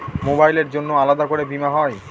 মোবাইলের জন্য আলাদা করে বীমা হয়?